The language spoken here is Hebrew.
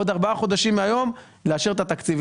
עוד ארבעה חודשים מהיום לאשר את התקציב.